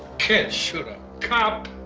can't shoot a cop!